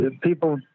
people